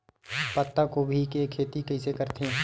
पत्तागोभी के खेती कइसे करथे?